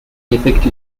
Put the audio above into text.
effectue